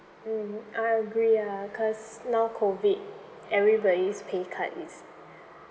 mmhmm I agree ya cause now COVID everybody's pay cut is